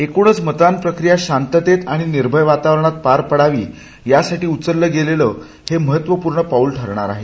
एकूणच मतदान प्रक्रिया शांततेत आणि निर्भय वातावरणात व्हावी यासाठी उचलल गेलेलं हे महत्वपूर्ण पाऊल ठरणार आहे